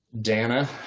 dana